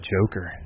Joker